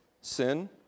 Sin